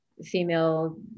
female